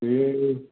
ए